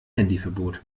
handyverbot